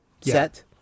set